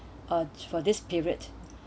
uh for this period